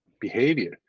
behavior